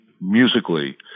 musically